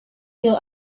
you